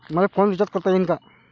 मले phone recharge कसा करता येईन?